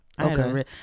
Okay